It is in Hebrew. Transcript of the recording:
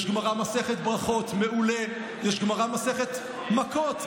יש גמרא מסכת ברכות,